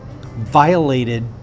violated